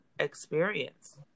experience